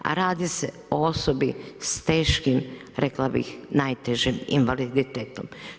A radi se o osobi s teškim, rekla bih najtežim invaliditetom.